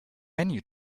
menu